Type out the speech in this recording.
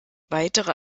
weitere